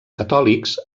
catòlics